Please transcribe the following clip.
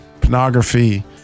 pornography